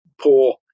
poor